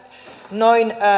noin